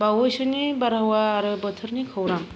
बावैसोनि बारहावा आरो बोथोरनि खौरां